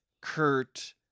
Kurt